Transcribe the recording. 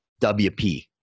WP